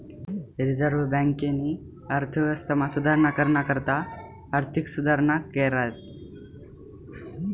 reserve बँकेनी अर्थव्यवस्थामा सुधारणा कराना करता आर्थिक सुधारणा कऱ्यात